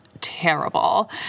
terrible